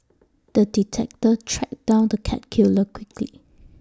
the detective tracked down the cat killer quickly